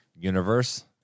Universe